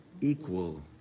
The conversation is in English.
equal